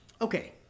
okay